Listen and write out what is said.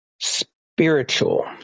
Spiritual